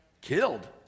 Killed